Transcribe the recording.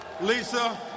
Lisa